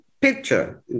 picture